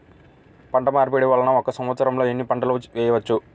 పంటమార్పిడి వలన ఒక్క సంవత్సరంలో ఎన్ని పంటలు వేయవచ్చు?